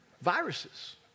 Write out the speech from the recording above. viruses